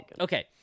okay